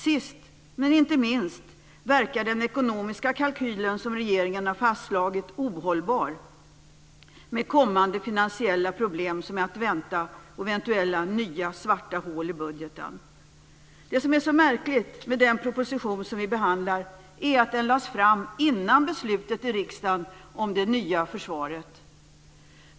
Sist, men inte minst, verkar den ekonomiska kalkyl som regeringen har fastslagit ohållbar - med de kommande finansiella problem som är att vänta och eventuella nya svarta hål i budgeten. Det som är så märkligt med den proposition som vi behandlar är att den lades fram innan beslut fattades i riksdagen om det nya försvaret.